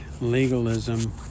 Legalism